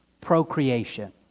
Procreation